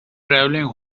travelling